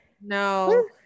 No